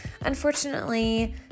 Unfortunately